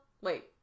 Wait